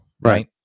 right